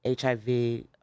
HIV